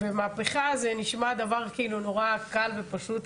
ומהפיכה זה נשמע כאילו דבר נורא קל ופשוט,